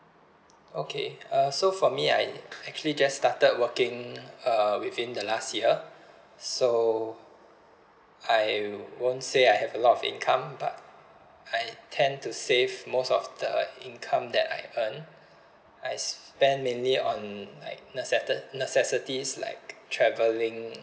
okay uh so for me I actually just started working uh within the last year so I won't say I have a lot of income but I tend to save most of the income that I earned I spend mainly on like necesste~ necessities like travelling